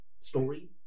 story